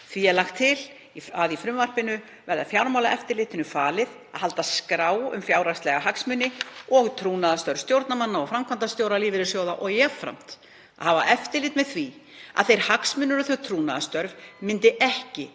Því er lagt til að í frumvarpinu verði Fjármálaeftirlitinu falið að halda skrá um fjárhagslega hagsmuni og trúnaðarstörf stjórnarmanna og framkvæmdastjóra lífeyrissjóða og jafnframt að hafa eftirlit með því að þeir hagsmunir og þau trúnaðarstörf myndi ekki